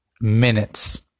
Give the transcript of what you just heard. minutes